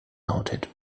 noted